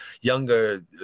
younger